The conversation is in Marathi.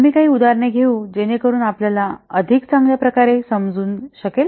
आम्ही काही उदाहरणे घेऊ जेणेकरून आपल्याला अधिक चांगल्या प्रकारे समजू शकेल